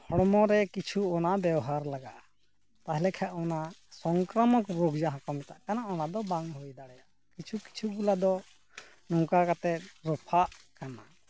ᱦᱚᱲᱢᱚ ᱨᱮ ᱠᱤᱪᱷᱩ ᱚᱱᱟ ᱵᱮᱣᱦᱟᱨ ᱞᱟᱜᱟᱜᱼᱟ ᱛᱟᱦᱚᱞᱮ ᱠᱷᱟᱱ ᱚᱱᱟ ᱥᱚᱝᱠᱨᱟᱢᱚᱠ ᱨᱳᱜᱽ ᱡᱟᱦᱟᱸ ᱠᱚ ᱢᱮᱛᱟᱜ ᱠᱟᱱᱟ ᱚᱱᱟ ᱫᱚ ᱵᱟᱝ ᱦᱩᱭ ᱫᱟᱲᱮᱭᱟᱜᱼᱟ ᱠᱤᱪᱷᱩ ᱠᱤᱪᱷᱩ ᱜᱩᱞᱟ ᱫᱚ ᱱᱚᱝᱠᱟ ᱠᱟᱛᱮ ᱨᱚᱯᱷᱟᱜ ᱠᱟᱱᱟ